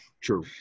true